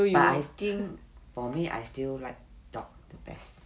but I think for me I still like dog the best